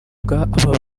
bw’aba